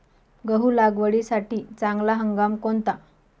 गहू लागवडीसाठी चांगला हंगाम कोणता?